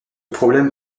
problème